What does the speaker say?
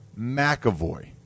McAvoy